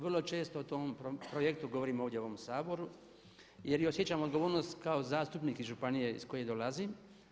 Vrlo često o tom projektu govorim ovdje u ovom Saboru jer osjećam odgovornost kao zastupnik iz županije iz koje dolazim.